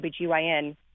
OBGYN